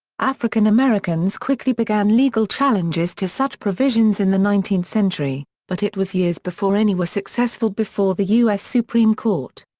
african americans quickly began legal challenges to such provisions in the nineteenth century, but it was years before any were successful before the u s. supreme court.